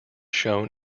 shown